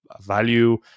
value